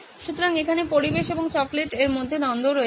সুতরাং এখানে পরিবেশ এবং চকলেট এর মধ্যে দ্বন্দ্ব রয়েছে